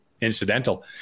incidental